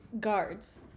guards